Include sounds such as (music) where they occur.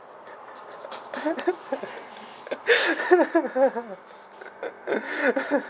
(laughs)